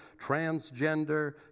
transgender